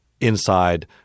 inside